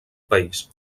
país